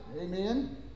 Amen